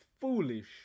foolish